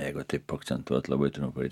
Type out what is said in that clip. jeigu taip akcentuot labai trumpai